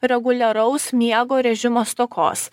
reguliaraus miego režimo stokos